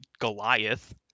Goliath